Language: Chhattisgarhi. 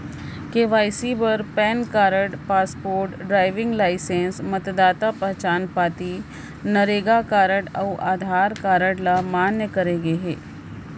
के.वाई.सी बर PAN card, passport, driving licence, मतदाता पहचान पाती, नरेगा कारड अउ आधार कारड ल मान्य करे गे हे